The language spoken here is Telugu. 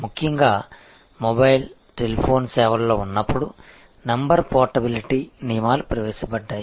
ముఖ్యంగా మొబైల్ టెలిఫోన్ సేవల్లో ఉన్నప్పుడు నంబర్ పోర్టబిలిటీ నియమాలు ప్రవేశపెట్టబడ్డాయి